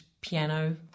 piano